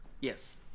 Yes